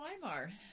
Weimar